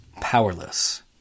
Powerless